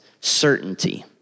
certainty